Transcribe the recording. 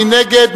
מי נגד?